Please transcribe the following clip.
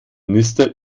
minister